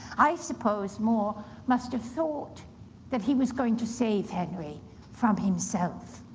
i suppose more must've thought that he was going to save henry from himself.